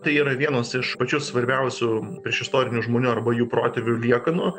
tai yra vienos iš pačių svarbiausių priešistorinių žmonių arba jų protėvių liekanų